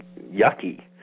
yucky